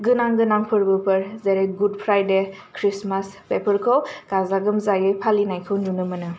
गोनां गोनां फोरबोफोर जेरै गुड फ्राइदे खृस्टमास बेफोरखौ गाजा गोमजायै फालिनायखौ नुनो मोनो